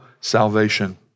salvation